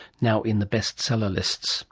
now in the bestseller lists